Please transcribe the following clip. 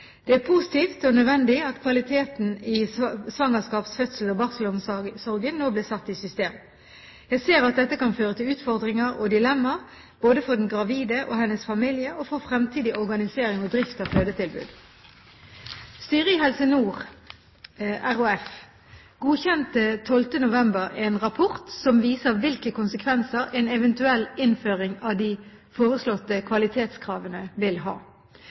Det er positivt og nødvendig at kvaliteten på svangerskaps-, fødsels- og barselomsorgen nå blir satt i system. Jeg ser at dette kan føre til utfordringer og dilemmaer både for den gravide og hennes familie og for fremtidig organisering og drift av fødetilbud. Styret i Helse Nord RHF godkjente 12. november en rapport som viser hvilke konsekvenser en eventuell innføring av de foreslåtte kvalitetskravene vil ha.